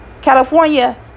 California